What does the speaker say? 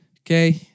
Okay